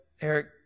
Eric